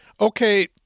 Okay